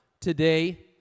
today